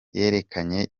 yerekanye